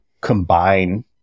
combine